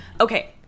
Okay